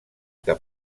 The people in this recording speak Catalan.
que